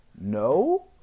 no